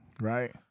Right